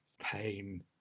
pain